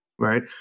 Right